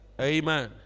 Amen